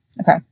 Okay